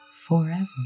forever